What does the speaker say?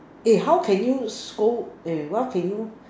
eh how can you scold eh why can you